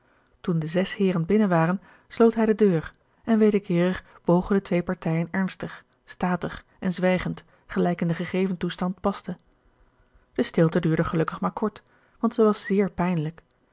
toen de zes heeren binnen waren sloot hij de deur en wederkeerig bogen de twee partijen ernstig statig en zwijgend gelijk in den gegeven toestand paste de stilte duurde gelukkig maar kort want ze was zeer pijnlijk